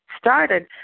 started